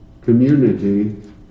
community